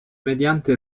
mediante